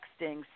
texting